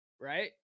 right